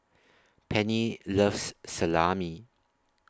Penny loves Salami